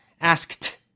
Asked